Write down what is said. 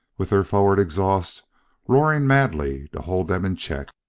with their forward exhaust roaring madly to hold them in check.